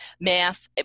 math